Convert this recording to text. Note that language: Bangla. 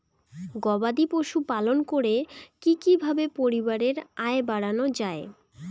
গবাদি পশু পালন করে কি কিভাবে পরিবারের আয় বাড়ানো যায়?